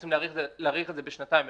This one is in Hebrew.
רוצים להאריך את זה בשנתיים,